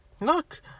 look